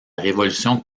révolution